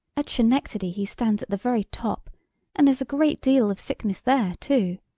at schenectady he stands at the very top and there's a great deal of sickness there, too.